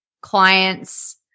clients